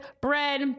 bread